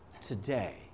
today